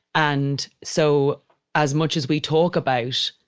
and so as much as we talk about,